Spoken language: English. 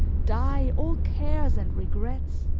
die, all cares and regrets!